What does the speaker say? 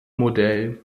modell